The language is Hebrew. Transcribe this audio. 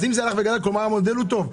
אז אם זה הלך וגדל כלומר המודל הוא טוב,